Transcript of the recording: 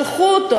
שלחו אותו,